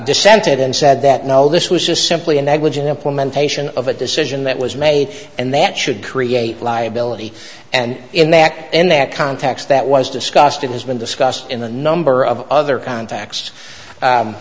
dissented and said that no this was just simply a negligent implementation of a decision that was made and that should create liability and in that in that context that was discussed it has been discussed in a number of other contacts